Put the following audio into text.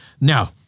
Now